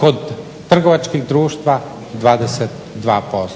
kod trgovačkih društava 22%.